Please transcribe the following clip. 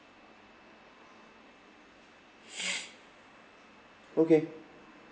okay